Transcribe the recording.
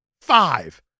five